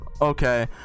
okay